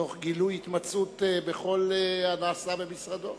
תוך גילוי התמצאות בכל הנעשה במשרדו.